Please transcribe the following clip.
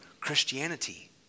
Christianity